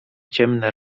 ciemne